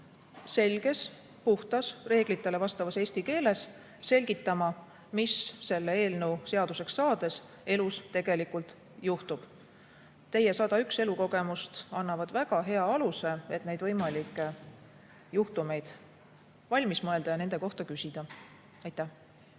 selges puhtas reeglitele vastavas eesti keeles selgitama, mis selle eelnõu seaduseks saades elus tegelikult juhtub. Teie 101 elukogemust annavad väga hea aluse, et neid võimalikke juhtumeid valmis mõelda ja nende kohta küsida. Aitäh!